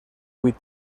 vuit